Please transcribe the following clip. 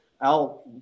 al